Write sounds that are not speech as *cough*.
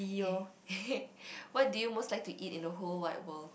yea *laughs* what do you most like to eat in the whole wide world